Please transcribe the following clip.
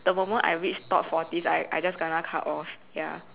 the moment I reach top forties I I just gonna cut off ya